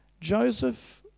Joseph